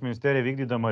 ministerija vykdydama